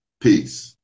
Peace